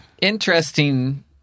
interesting